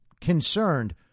concerned